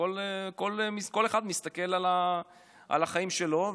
כל אחד מסתכל על החיים שלו,